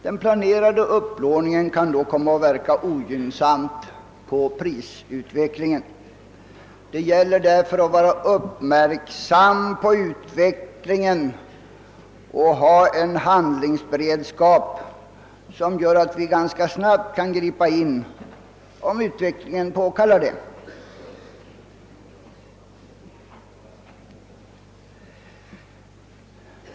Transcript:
Den planerade upplåningen kan då komma att verka ogynnsamt på prisutvecklingen. Det gäller därför att vara uppmärksam på utvecklingen och ha en handlingsberedskap som gör att vi snabbt kan gripa in, om utvecklingen påkallar det.